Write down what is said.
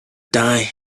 going